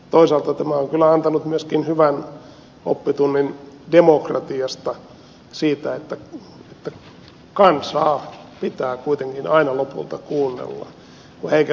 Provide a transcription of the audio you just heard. toisaalta tämä on kyllä antanut myöskin hyvän oppitunnin demokratiasta siitä että kansaa pitää kuitenkin aina lopulta kuunnella